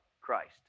Christ